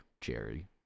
Jerry